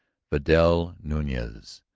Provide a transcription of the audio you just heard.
vidal nunez,